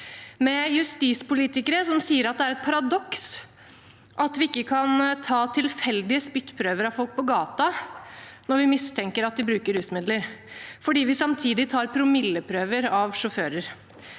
med justispolitikere som sier at det er et paradoks at vi ikke kan ta tilfeldige spyttprøver av folk på gaten når vi mistenker at de bruker rusmidler, for vi tar jo promilleprøver av sjåfører.